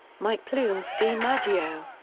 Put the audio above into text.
mike plume's dimaggio.